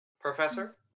Professor